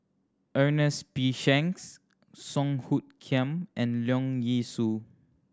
Ernest P Shanks Song Hoot Kiam and Leong Yee Soo